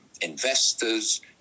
investors